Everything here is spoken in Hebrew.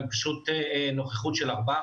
אבל יש נוכחות של 4%,